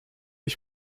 ich